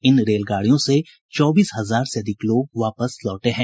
इन रेलगाड़ियों से चौबीस हजार से अधिक लोग वापस लौटे हैं